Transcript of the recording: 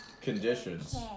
conditions